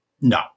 no